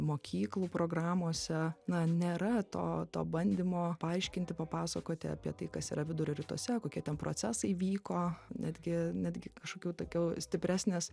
mokyklų programose na nėra to to bandymo paaiškinti papasakoti apie tai kas yra vidurio rytuose kokie ten procesai vyko netgi netgi kažkokių tokių stipresnės